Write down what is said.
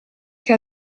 che